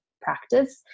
practice